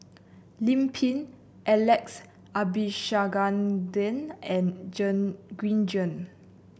Lim Pin Alex Abisheganaden and Green Zeng